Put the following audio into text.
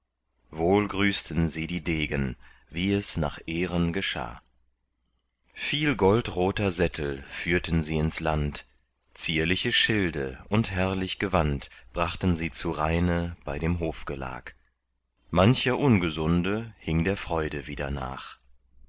wohl grüßten sie die degen wie es nach ehren geschah viel goldroter sättel führten sie ins land zierliche schilde und herrlich gewand brachten sie zu rheine bei dem hofgelag mancher ungesunde hing der freude wieder nach